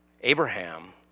Abraham